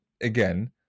again